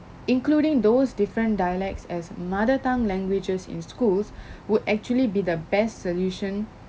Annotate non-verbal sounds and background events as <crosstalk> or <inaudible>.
including those different dialects as mother tongue languages in schools <breath> would actually be the best solution